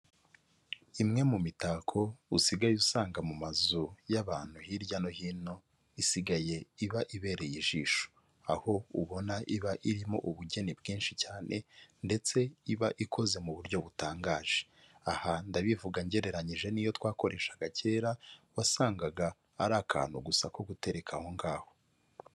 Imwe mu mitako usigaye usanga mu mazu y'abantu hirya no hino isigaye iba ibereye ijisho, aho ubona iba irimo ubugeni bwinshi cyane ndetse iba ikoze mu buryo butangaje, aha ndabivuga ngereranyije n'iyo twakoreshaga kera wasangaga ari akantu gusa ko gutereka aho ngaho.